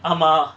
ஆமா:aama